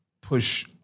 push